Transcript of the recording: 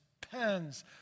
pens